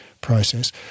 process